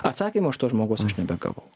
atsakymo iš to žmogaus aš nebegavau